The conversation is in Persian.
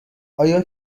آیا